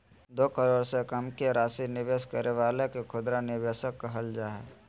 दो करोड़ से कम के राशि निवेश करे वाला के खुदरा निवेशक कहल जा हइ